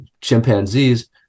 chimpanzees